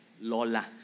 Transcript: Lola